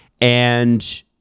And-